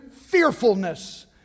fearfulness